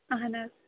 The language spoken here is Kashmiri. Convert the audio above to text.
اَہَن حظ